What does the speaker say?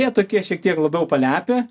jie tokie šiek tiek labiau palepę